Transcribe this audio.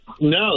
No